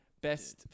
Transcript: best